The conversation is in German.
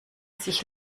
sich